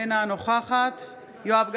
אינה נוכחת יואב גלנט,